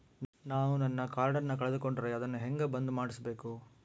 ನಾನು ನನ್ನ ಕಾರ್ಡನ್ನ ಕಳೆದುಕೊಂಡರೆ ಅದನ್ನ ಹೆಂಗ ಬಂದ್ ಮಾಡಿಸಬೇಕು?